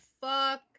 Fuck